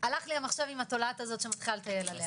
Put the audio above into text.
הלך לי המחשב, עם התולעת שמתחילה לטייל עליה.